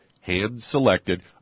hand-selected